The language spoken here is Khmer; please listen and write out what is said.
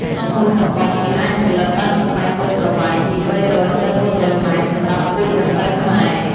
ក្នុងមួយសំបុក វាអាចផលិតបានសរសៃសូត្រប្រវែងពី៣០០ ទៅ៤០០ម៉ែត្រ សម្រាប់ពូជដង្កូវខ្មែរ។